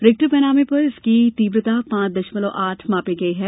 Richter पैमाने पर इसकी तीव्रता पांच दशमलव आठ मापी गई है